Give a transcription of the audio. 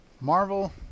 Marvel